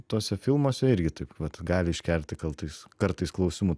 tuose filmuose irgi taip vat gali iškelti kaltais kartais klausimų